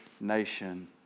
nation